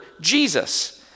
Jesus